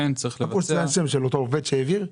של אותו עובר שהעביר?